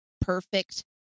perfect